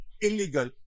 illegal